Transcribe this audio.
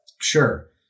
Sure